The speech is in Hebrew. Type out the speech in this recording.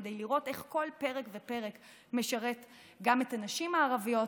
כדי לראות איך כל פרק ופרק משרת גם את הנשים הערביות.